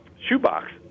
shoebox